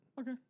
Okay